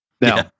Now